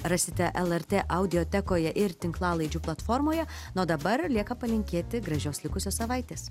rasite lrt audiotekoje ir tinklalaidžių platformoje na o dabar lieka palinkėti gražios likusios savaitės